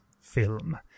film